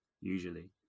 usually